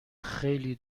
خیلی